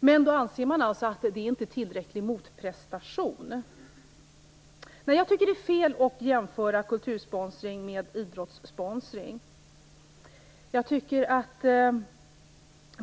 Men man anser att det inte är tillräcklig motprestation. Jag tycker att det är fel att jämföra kultursponsring med idrottssponsring.